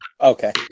Okay